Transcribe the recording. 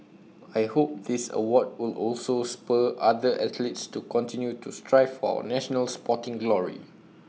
I hope this award will also spur other athletes to continue to strive for national sporting glory